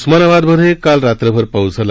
उस्मानाबादमधे काल रात्रभर पाऊस झाला